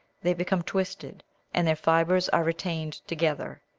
they become twisted and their fibres are retained together.